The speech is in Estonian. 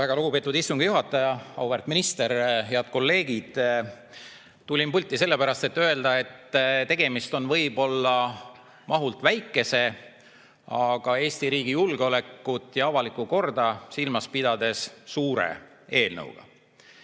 Väga lugupeetud istungi juhataja! Auväärt minister! Head kolleegid! Tulin pulti sellepärast, et öelda, et tegemist on võib-olla mahult väikese, aga Eesti riigi julgeolekut ja avalikku korda silmas pidades suure eelnõuga.